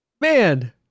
man